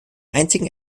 einzigen